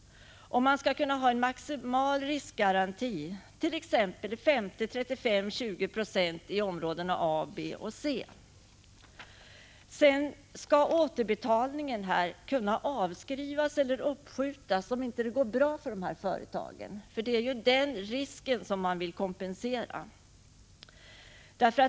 Man skall kunna ha en maximal riskgaranti på t.ex. 50 Jo, 35 Jo och 20 6 i områdena A, B och C. Lånen skall kunna avskrivas eller återbetalningen uppskjutas, om det inte går bra för företaget — det är ju den risken man vill kompensera för.